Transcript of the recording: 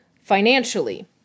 financially